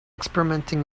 experimenting